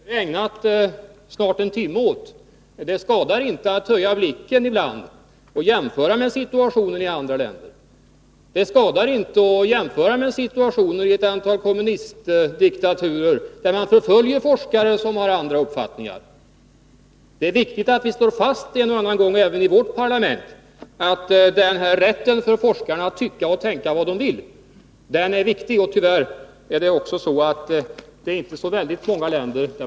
Herr talman! Vi har ägnat snart en timme åt forskningspolitiken. Det skadar inte att höja blicken ibland och jämföra med situationen i andra länder. Det skadar inte att jämföra med situationen i ett antal kommunistdiktaturer, där man förföljer forskare som har en annan uppfattning än regimen. Det är angeläget att slå fast en och annan gång även i vårt parlament att forskarnas rätt att tycka och tänka vad de vill är viktig. Tyvärr har de inte den rätten i så väldigt många länder.